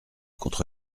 contre